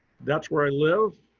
that's where i live.